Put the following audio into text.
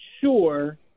sure